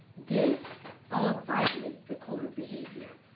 this all violates the code of behavior.